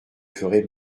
ferai